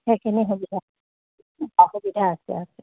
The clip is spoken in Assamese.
সেইখিনি সুবিধা সুবিধা আছে আছে